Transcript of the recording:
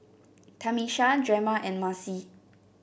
Tamisha Drema and Marcie